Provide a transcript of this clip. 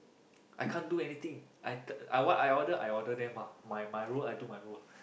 I can't do anything I I t~ I order them I order them ah my role I do my role